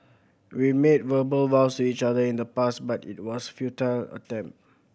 we made verbal vows each other in the past but it was futile attempt